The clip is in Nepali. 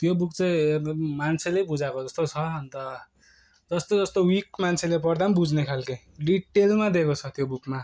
त्यो बुक चाहिँ मान्छेले बुझाएको जस्तो छ अन्त जस्तो जस्तो विक मान्छेले पढ्दा पनि बुझ्ने खालको डिटेलमा दिएको छ त्यो बुकमा